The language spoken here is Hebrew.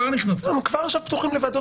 כבר עכשיו פתוחות לוועדות